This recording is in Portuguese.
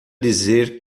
dizer